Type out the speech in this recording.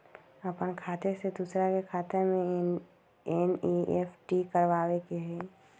अपन खाते से दूसरा के खाता में एन.ई.एफ.टी करवावे के हई?